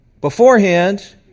Beforehand